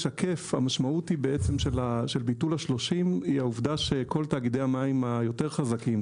המשמעות של ביטול ה-30 היא העובדה שכל תאגידי המים היותר חזקים,